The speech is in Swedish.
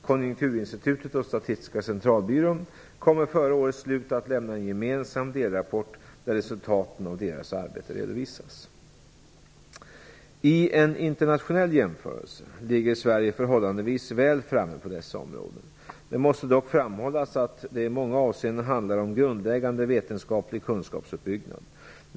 Konjunkturinstitutet och Statistiska centralbyrån kommer före årets slut att lämna en gemensam delrapport där resultaten av deras arbete redovisas. I en internationell jämförelse ligger Sverige förhållandevis väl framme på dessa områden. Det måste dock framhållas att det i många avseenden handlar om grundläggande vetenskaplig kunskapsuppbyggnad.